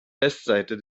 westseite